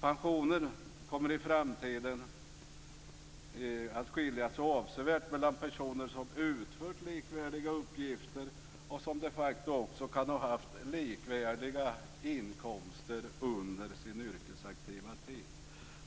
Pensionen kommer i framtiden att skilja sig avsevärt mellan personer som utfört likvärdiga uppgifter och som de facto också kan ha haft likvärdiga inkomster under sin yrkesaktiva tid.